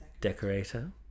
decorator